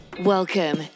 Welcome